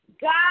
God